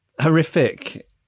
horrific